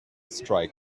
strike